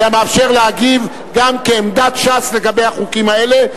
אלא מאפשר להגיב גם כעמדת ש"ס לגבי החוקים האלה,